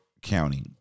County